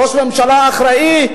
ראש ממשלה אחראי,